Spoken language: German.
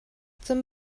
zum